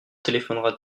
téléphonera